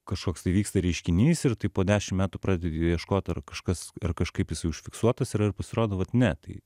kažkoks tai vyksta reiškinys ir tai po dešim metų pradedi ieškot ar kažkas ir kažkaip jisai užfiksuotas yra pasirodo vat ne tai